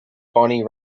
bonnie